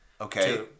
Okay